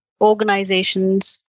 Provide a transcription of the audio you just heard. organizations